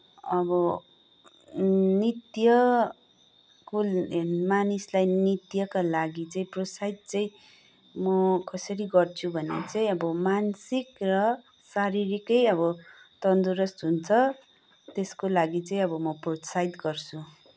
अब नृत्य मानिसलाई नृत्यका लागि चाहिँ प्रोत्साहित चाहिँ म कसरी गर्छु भने चाहिँ अब मानसिक र शारीरिकै अब तन्दुरुस्त हुन्छ त्यसको लागि चाहिँ अब म प्रोत्साहित गर्छु